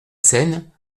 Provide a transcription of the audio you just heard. scène